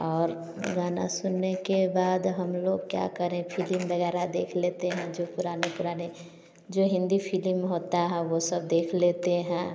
और गाना सुनने के बाद हम लोग क्या करें फिलिम वगैरह देख लेते हैं जो पुराने पुराने जो हिंदी फिलिम होता है वो सब देख लेते हैं